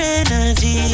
energy